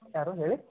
ಯಾರು ಹೇಳಿ